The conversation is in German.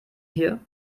hier